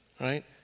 Right